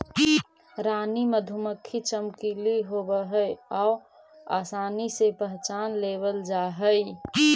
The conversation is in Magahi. रानी मधुमक्खी चमकीली होब हई आउ आसानी से पहचान लेबल जा हई